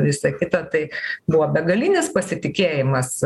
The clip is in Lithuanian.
visa kita tai buvo begalinis pasitikėjimas